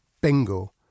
Bingo